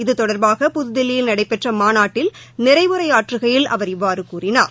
இது தொடர்பாக புதுதில்லியில் நடைபெற்ற மாநாட்டில் நிறைவுரையாற்றுகையில் அவர் இவ்வாறு கூறினார்